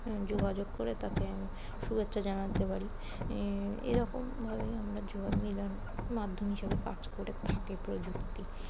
যোগাযোগ করে তাকে শুভেচ্ছা জানাতে পারি এরকমভাবেই আমরা যোগ মিলন মাধ্যম হিসাবে কাজ করে থাকি প্রযুক্তি